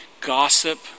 gossip